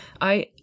I